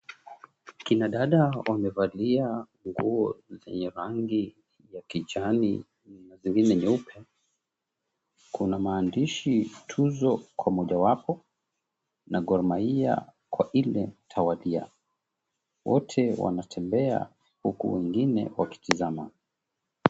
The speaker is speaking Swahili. Kina dada wamevalia nguo zenye rangi ya kijani na zingine nyeupe, kuna maandishi "TUZO" kwa mmojawapo na "Gormahia" kwa ile tawadia. Wote wanatembea huku wengine wakitazama.